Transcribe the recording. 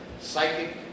psychic